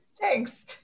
Thanks